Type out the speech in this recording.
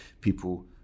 people